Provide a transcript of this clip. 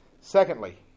Secondly